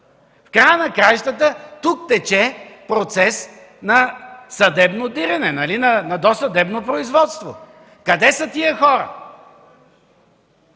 В края на краищата тук тече процес на съдебно дирене, на досъдебно производство, нали? Къде са тези хора?